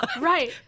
Right